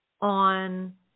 on